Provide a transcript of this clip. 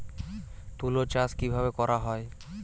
তুলো চাষ কিভাবে করা হয়?